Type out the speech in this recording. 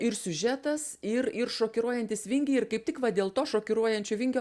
ir siužetas ir ir šokiruojantys vingiai ir kaip tik va dėl to šokiruojančio vingio